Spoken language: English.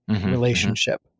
relationship